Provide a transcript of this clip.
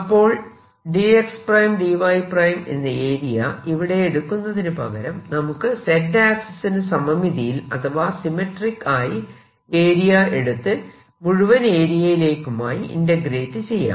അപ്പോൾ dx dy എന്ന area ഇവിടെ എടുക്കുന്നതിനു പകരം നമുക്ക് Z ആക്സിസിനു സമമിതിയിൽ അഥവാ സിമെട്രിക് ആയി ഏരിയ എടുത്ത് മുഴുവൻ ഏരിയയിലേക്കുമായി ഇന്റഗ്രേറ്റ് ചെയ്യാം